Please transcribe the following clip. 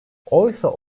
oysa